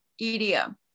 EDM